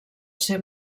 ser